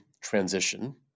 transition